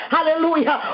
Hallelujah